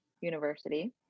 university